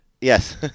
Yes